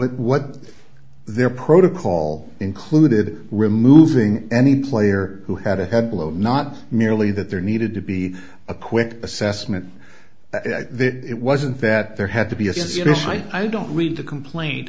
that what their protocol included removing any player who had a head load not merely that there needed to be a quick assessment but it wasn't that there had to be as you know i don't read the complaint